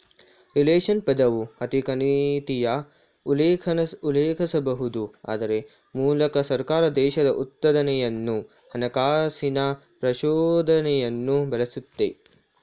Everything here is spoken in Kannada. ರಿಪ್ಲೇಶನ್ ಪದವು ಆರ್ಥಿಕನೀತಿಯ ಉಲ್ಲೇಖಿಸಬಹುದು ಅದ್ರ ಮೂಲಕ ಸರ್ಕಾರ ದೇಶದ ಉತ್ಪಾದನೆಯನ್ನು ಹಣಕಾಸಿನ ಪ್ರಚೋದನೆಯನ್ನು ಬಳಸುತ್ತೆ